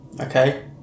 Okay